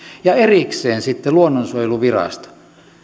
ja erikseen on sitten luonnonsuojeluvirasto